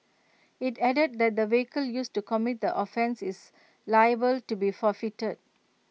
IT added that the vehicle used to commit the offence is liable to be forfeited